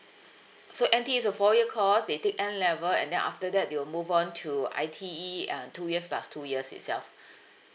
so N_T is a four year course they take N level and then after that they'll move on to I_T_E and two years plus two years itself